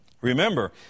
Remember